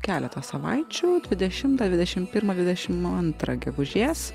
keleto savaičių dvidešimtą dvidešim pirmą dvidešim antrą gegužės